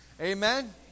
Amen